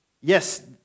yes